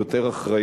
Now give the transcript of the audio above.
הוא יותר אחראי,